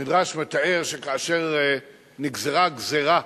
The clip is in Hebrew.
המדרש מתאר שכאשר נגזרה הגזירה,